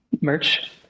Merch